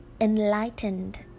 enlightened